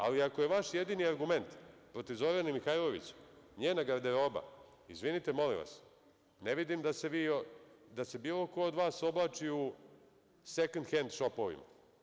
Ali, ako je vaš jedini argument protiv Zorane Mihajlović njena garderoba, izvinite molim vas, ne vidim da se bilo ko od vas oblači u "sekend hend" šopovima.